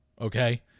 okay